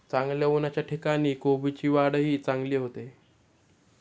चांगल्या उन्हाच्या ठिकाणी कोबीची वाढही चांगली होते